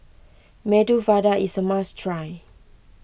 Medu Vada is a must try